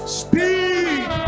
speed